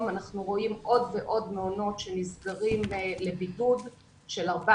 אנחנו רואים עוד ועוד מעונות שנסגרים לבידוד של 14